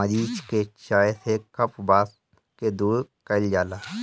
मरीच के चाय से कफ वात के दूर कइल जाला